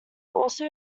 also